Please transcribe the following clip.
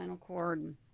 cord